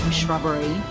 shrubbery